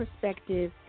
perspective